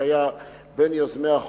שהיה בין יוזמי החוק,